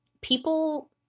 people